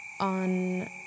on